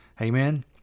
Amen